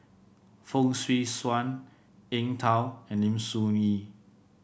Fong Swee Suan Eng Tow and Lim Soo Ngee